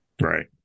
Right